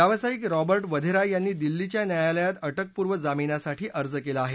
व्यावसायिक रॉबर्ट वधेरा यांनी दिल्लीच्या न्यायालयात अटकपूर्व जामीनासाठी अर्ज केला आहे